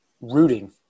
rooting